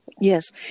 Yes